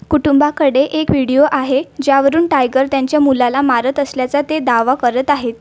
कुटुंबाकडे एक व्हिडिओ आहे ज्यावरून टायगर त्यांच्या मुलाला मारत असल्याचा ते दावा करत आहेत